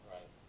Right